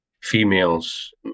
females